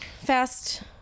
fast